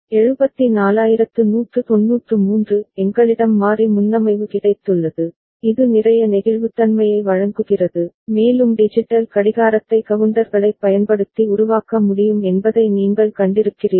74193 எங்களிடம் மாறி முன்னமைவு கிடைத்துள்ளது இது நிறைய நெகிழ்வுத்தன்மையை வழங்குகிறது மேலும் டிஜிட்டல் கடிகாரத்தை கவுண்டர்களைப் பயன்படுத்தி உருவாக்க முடியும் என்பதை நீங்கள் கண்டிருக்கிறீர்கள்